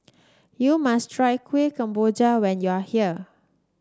you must try Kuih Kemboja when you are here